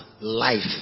life